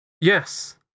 Yes